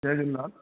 Jay Jhulelal